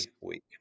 week